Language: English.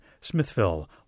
Smithville